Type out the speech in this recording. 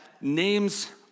names